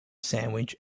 sandwich